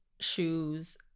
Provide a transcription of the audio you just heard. shoes